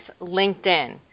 LinkedIn